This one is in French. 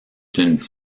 d’une